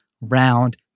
round